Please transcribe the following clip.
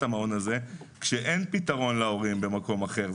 המעון הזה כשאין פתרון להורים במקום אחר.